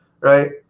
right